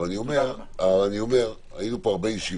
אבל אני אומר: היו פה הרבה ישיבות.